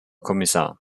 kommissar